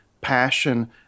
passion